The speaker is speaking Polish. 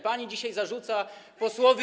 Pani dzisiaj zarzuca posłowi.